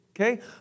okay